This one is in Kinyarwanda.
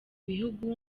bihugu